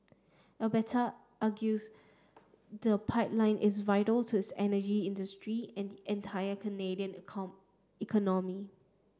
Alberta argues the pipeline is vital to its energy industry and entire Canadian cone economy